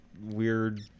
Weird